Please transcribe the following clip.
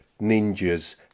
ninjas